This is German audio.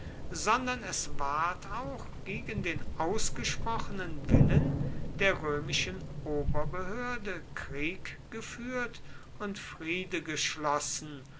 sondern es ward auch gegen den ausgesprochenen willen der römischen oberbehörde krieg geführt und friede geschlossen